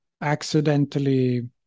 accidentally